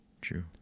True